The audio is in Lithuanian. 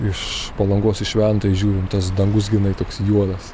iš palangos į šventąją žiūriu tas dangus grynai toks juodas